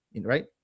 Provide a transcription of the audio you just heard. right